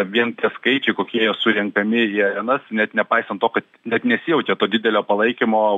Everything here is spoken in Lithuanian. vien tie skaičiai kokie jie surenkami į arenas net nepaisant to kad net nesijaučia to didelio palaikymo